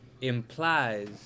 implies